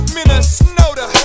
Minnesota